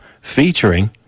featuring